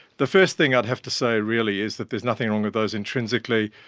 the first thing i'd have to say really is that there's nothing wrong with those intrinsically,